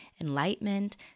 enlightenment